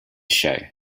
show